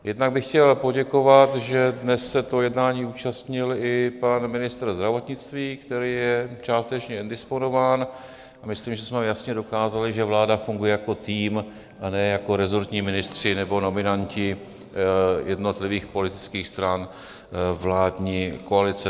Jednak bych chtěl poděkovat, že dnes se jednání účastnil i pan ministr zdravotnictví, který je částečně indisponován, a myslím, že jsme jasně dokázali, že vláda funguje jako tým, a ne jako resortní ministři nebo nominanti jednotlivých politických stran vládní koalice.